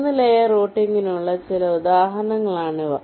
3 layer റൂട്ടിംഗിനുള്ള ചില ഉദാഹരണങ്ങളാണിവ